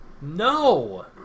No